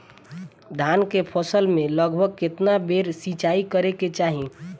धान के फसल मे लगभग केतना बेर सिचाई करे के चाही?